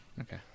Okay